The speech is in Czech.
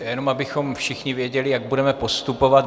Jenom abychom všichni věděli, jak budeme postupovat.